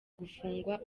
gufungwa